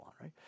right